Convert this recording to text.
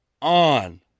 on